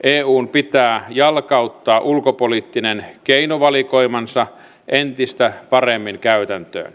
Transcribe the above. eun pitää jalkauttaa ulkopoliittinen keinovalikoimansa entistä paremmin käytäntöön